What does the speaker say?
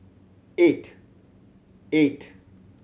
eight eight